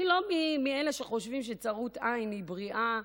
אני לא מאלה שחושבים שצרות עין היא בריאה,